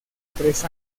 tres